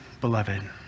beloved